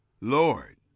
Lord